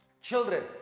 children